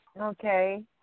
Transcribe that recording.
Okay